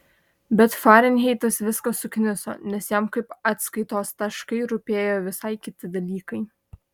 bet farenheitas viską sukniso nes jam kaip atskaitos taškai rūpėjo visai kiti dalykai